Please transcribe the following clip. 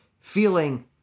feeling